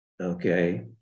okay